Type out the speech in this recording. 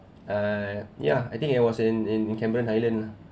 err yeah I think it was in in cameron highlands ah